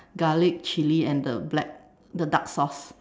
garlic chili and the black the dark sauce